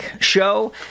Show